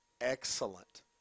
excellent